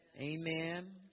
Amen